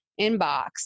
inbox